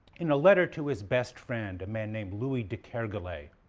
in a letter to his best friend, a man named louis de kergolay,